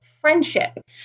friendship